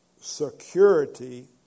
security